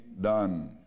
done